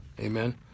Amen